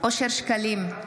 אושר שקלים,